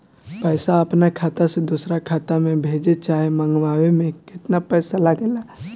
पैसा अपना खाता से दोसरा खाता मे भेजे चाहे मंगवावे में केतना पैसा लागेला?